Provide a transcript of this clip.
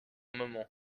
moment